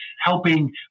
helping